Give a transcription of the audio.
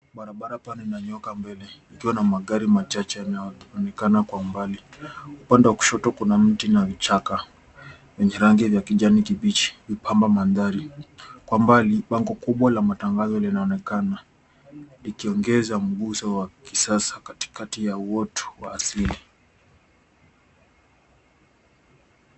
Barabara pana imenyooka mbele ikiwa na magari machache inayoonekana kwa umbali. Upande wa kushoto kuna miti na vichaka vyenye rangi ya kijani kibichi kupamba mandhari. Kwa mbali, bango kubwa la matangazo linaonekana likiongeza mguso wa kisasa katikati ya wotu wa asili.